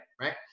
right